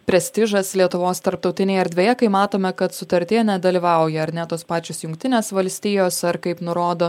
prestižas lietuvos tarptautinėj erdvėje kai matome kad sutartyje nedalyvauja ar ne tos pačios jungtinės valstijos ar kaip nurodo